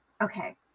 okay